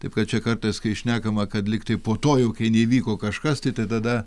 taip kad čia kartais kai šnekama kad liktai po to jau kai neįvyko kažkas tai tadada